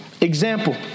Example